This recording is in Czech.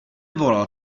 volal